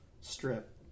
strip